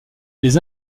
les